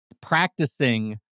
practicing